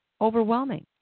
overwhelming